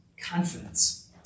Confidence